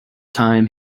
time